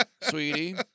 Sweetie